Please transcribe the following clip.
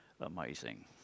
amazing